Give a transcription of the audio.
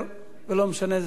ולא משנה איזה ספר,